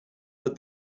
but